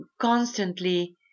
constantly